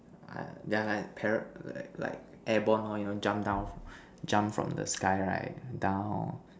yeah lah para like airborne lor you know jump down jump from the sky right down